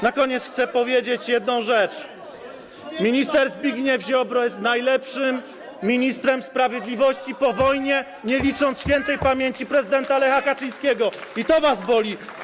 Na koniec chcę powiedzieć jedną rzecz: minister Zbigniew Ziobro jest najlepszym ministrem sprawiedliwości po wojnie, nie licząc śp. prezydenta Lecha Kaczyńskiego, i to was boli.